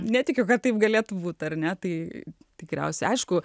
netikiu kad taip galėtų būti ar ne tai tikriausiai aišku